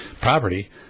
property